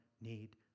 need